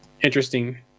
interesting